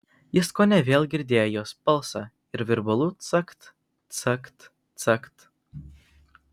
jis kone vėl girdėjo jos balsą ir virbalų cakt cakt cakt